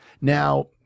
Now